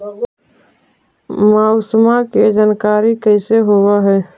मौसमा के जानकारी कैसे होब है?